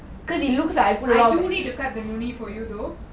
I do need to cut the நுனி:nuni for you though